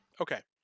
Okay